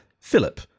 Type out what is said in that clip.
Philip